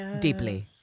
deeply